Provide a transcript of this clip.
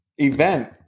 event